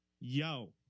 yo